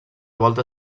volta